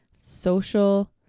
social